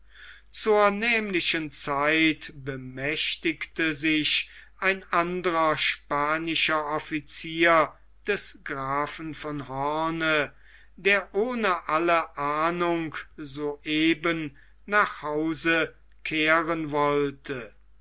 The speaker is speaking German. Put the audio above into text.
zur nämlichen zeit bemächtigte sich ein anderer spanischer officier des grafen von hoorn der ohne alle ahnung der gefahr so eben nach hause kehren wollte